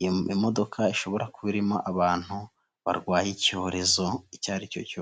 iyo modoka ishobora ku irimo abantu barwaye icyorezo icyo aricyo cyose.